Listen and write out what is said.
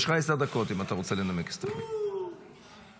אני רוצה את חלק מההסתייגויות, ההסתייגות המרכזית.